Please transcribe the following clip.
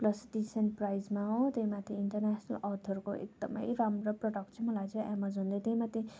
plus decent प्राइजमा हो त्यही माथि इन्टर्नेसनल अथरको एकदम राम्रो प्रडक्ट चाहिँ मलाई चाहिँ एमाजनले त्यही माथि